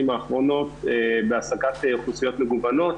האחרונות בהעסקת אוכלוסיות מגוונות